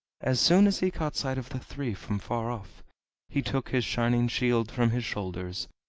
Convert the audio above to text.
as soon as he caught sight of the three from far off he took his shining shield from his shoulders,